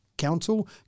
Council